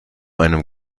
einem